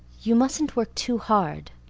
you mustn't work too hard,